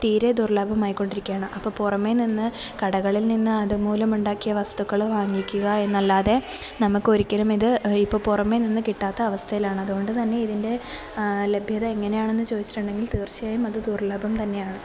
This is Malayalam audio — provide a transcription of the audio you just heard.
തീരെ ദുർലഭമായിക്കൊണ്ടിരിക്കുകയാണ് അപ്പോള് പുറമെ നിന്ന് കടകളിൽ നിന്ന് അതുമൂലം ഉണ്ടാക്കിയ വസ്തുക്കള് വാങ്ങിക്കുകയെന്നല്ലാതെ നമുക്കൊരിക്കലും ഇത് ഇപ്പോള് പുറമെ നിന്ന് കിട്ടാത്ത അവസ്ഥയിലാണ് അതുകൊണ്ട് തന്നെ ഇതിൻ്റെ ലഭ്യത എങ്ങനെയാണെന്ന് ചോദിച്ചിട്ടുണ്ടെങ്കിൽ തീർച്ചയായും അത് ദുർലഭം തന്നെയാണ്